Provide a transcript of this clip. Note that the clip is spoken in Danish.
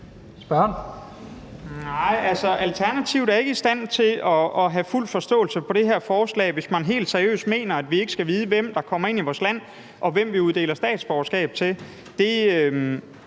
Alternativet er ikke i stand til at have fuld forståelse for det her forslag, hvis man helt seriøst mener, at vi ikke skal vide, hvem der kommer ind i vores land, og hvem vi uddeler statsborgerskab til.